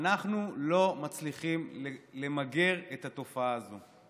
אנחנו לא מצליחים למגר את התופעה הזו.